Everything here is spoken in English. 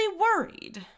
worried